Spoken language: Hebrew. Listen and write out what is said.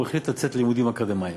הוא החליט לצאת ללימודים אקדמיים.